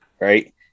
right